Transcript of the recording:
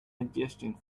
adjusting